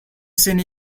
seen